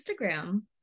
Instagram